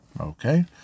Okay